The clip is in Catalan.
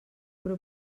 però